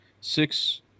six